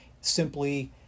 Simply